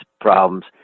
problems